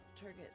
target